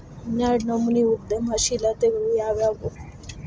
ಹನ್ನೆರ್ಡ್ನನಮ್ನಿ ಉದ್ಯಮಶೇಲತೆಗಳು ಯಾವ್ಯಾವು